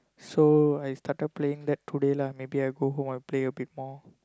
so I started playing that today lah maybe I go home I play a bit more